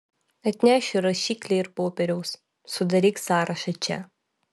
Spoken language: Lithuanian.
atnešiu rašiklį ir popieriaus sudaryk sąrašą čia